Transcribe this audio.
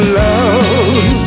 love